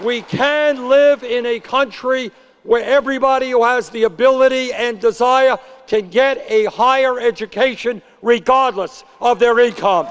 only can live in a country where everybody us the ability and desire to get a higher education regardless of their income